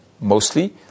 mostly